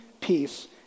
peace